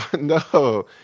No